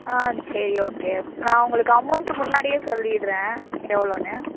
ஆ சரி ஓகே நான் உங்களுக்கு அமௌண்ட்டு முன்னாடியே சொல்லிடுறேன் எவ்வளோன்னு